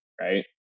right